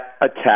attack